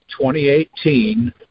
2018